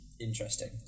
interesting